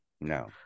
No